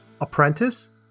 Apprentice